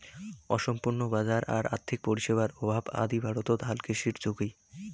অসম্পূর্ণ বাজার আর আর্থিক পরিষেবার অভাব আদি ভারতত হালকৃষির ঝুঁকি